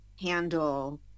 handle